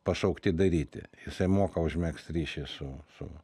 pašaukti daryti jisai moka užmegzt ryšį su su